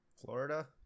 Florida